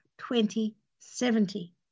2070